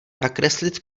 nakreslit